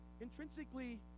intrinsically